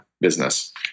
business